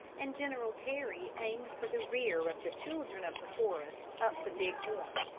and general terry aimed for the rear of the children of the forest up the big horn.